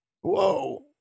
Whoa